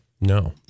No